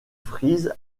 frise